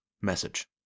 message